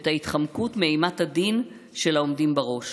ואת ההתחמקות מאימת הדין של העומדים בראש,